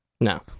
No